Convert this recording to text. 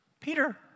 Peter